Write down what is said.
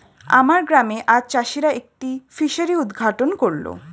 আমার গ্রামে আজ চাষিরা একটি ফিসারি উদ্ঘাটন করল